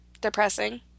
depressing